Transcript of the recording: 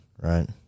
right